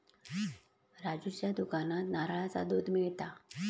राजूच्या दुकानात नारळाचा दुध मिळता